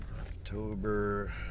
October